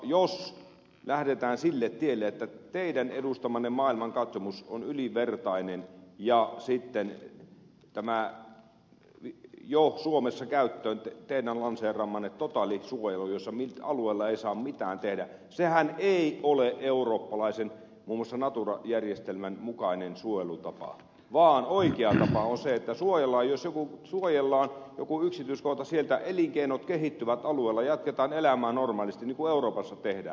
jos lähdetään sille tielle että teidän edustamanne maailmankatsomus on ylivertainen ja sitten tämä jo suomessa teidän käyttöön lanseeraamanne totaalisuojelu jossa alueella ei saa mitään tehdä sehän ei ole eurooppalaisen muun muassa natura järjestelmän mukainen suojelutapa vaan oikea tapa on se että jos suojellaan joku yksityiskohta sieltä elinkeinot kehittyvät alueella jatketaan elämään normaalisti niin kuin euroopassa tehdään